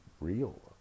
real